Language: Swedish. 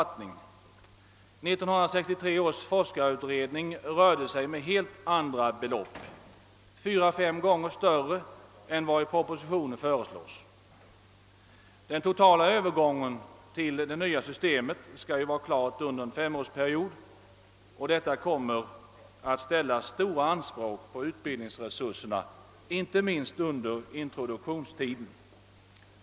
1963 års forskarutredning rörde sig med helt andra belopp — fyra, fem gånger större än vad som föreslås i propositionen. Övergången till det nya systemet skall ske under en femårsperiod. Detta kommer att ställa stora anspråk på utbildningsresurserna, inte minst under introduktionstiden.